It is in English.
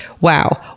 Wow